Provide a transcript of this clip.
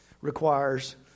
requires